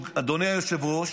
אדוני היושב-ראש?